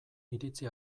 iritzi